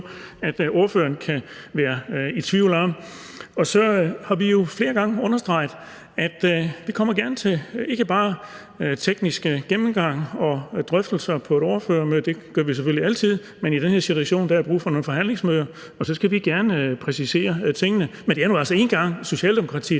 at ordføreren kan være i tvivl om. Så har vi jo flere gange understreget, at vi gerne kommer til ikke bare tekniske gennemgange og drøftelser på et ordførermøde – det gør vi selvfølgelig altid – men også til forhandlingsmøder; i den her situation er der brug for nogle forhandlingsmøder. Og så skal vi gerne præcisere tingene, men det er nu altså engang Socialdemokratiet,